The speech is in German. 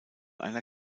einer